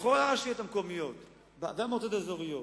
בכל הרשויות המקומיות והמועצות האזוריות,